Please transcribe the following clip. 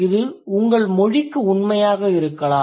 இது உங்கள் மொழிக்கு உண்மையாக இருக்கலாம்